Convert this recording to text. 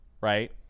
Right